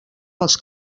pels